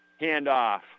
handoff